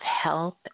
health